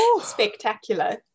spectacular